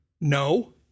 no